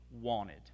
wanted